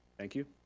thank you.